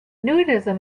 nudism